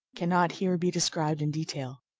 can not here be described in detail.